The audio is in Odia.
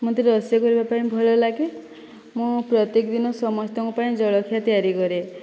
ମୋତେ ରୋଷେଇ କରିବାପାଇଁ ଭଲଲାଗେ ମୁଁ ପ୍ରତ୍ୟେକ ଦିନ ସମସ୍ତଙ୍କ ପାଇଁ ଜଳଖିଆ ତିଆରି କରେ